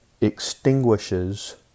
extinguishes